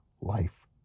life